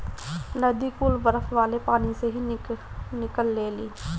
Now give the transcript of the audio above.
नदी कुल बरफ वाले पानी से ही निकलेली